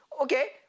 okay